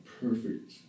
perfect